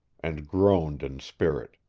and groaned in spirit.